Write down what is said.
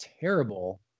terrible